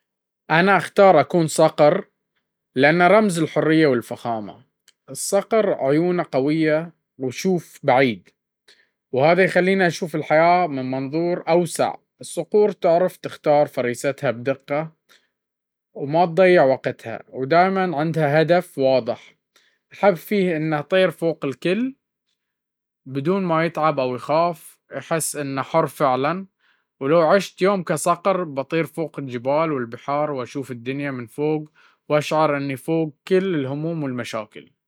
أنا أختار أكون صقر، لأنه رمز الحرية والفخامة. الصقر عيونه قوية ويشوف بعيد، وهذا يخليني أشوف الحياة من منظور أوسع. الصقور تعرف تختار فريستها بدقة، وما تضيع وقتها، ودايم عندها هدف واضح. أحب فيه إنه يطير فوق الكل، بدون ما يتعب أو يخاف، يحس إنه حر فعلاً. ولو عشت يوم كصقر، بأطير فوق الجبال والبحار، وأشوف الدنيا من فوق، وأشعر إني فوق كل الهموم والمشاكل.